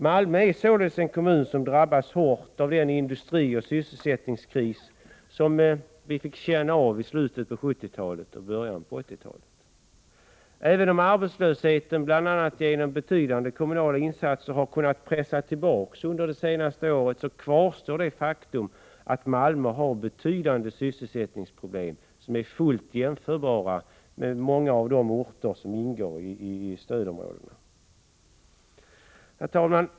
Malmö är således en kommun som drabbades hårt av den industrioch sysselsättningskris som vi fick känna av i slutet av 1970-talet och i början av 1980-talet. Även om arbetslösheten, bl.a. genom betydande kommunala insatser, har kunnat pressats tillbaka under det senaste året kvarstår det faktum att Malmö har betydande sysselsättningsproblem, fullt jämförbara med problemen på många av de orter som ingår i stödområden. Herr talman!